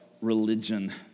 religion